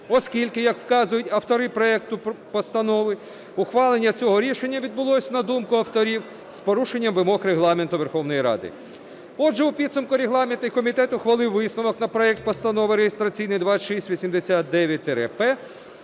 оскільки, як вказують автори проекту постанови, ухвалення цього рішення відбулось, на думку авторів, з порушенням вимог Регламенту Верховної Ради. Отже, у підсумку регламентний комітет ухвалив висновок на проект Постанови реєстраційний 2689-П